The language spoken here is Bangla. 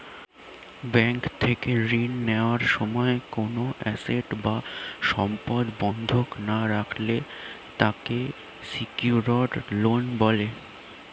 ব্যাংক থেকে ঋণ নেওয়ার সময় কোনো অ্যাসেট বা সম্পদ বন্ধক না রাখলে তাকে সিকিউরড লোন বলে